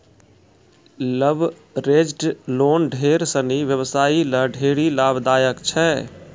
leveraged loan ढेर सिनी व्यवसायी ल ढेरी लाभदायक छै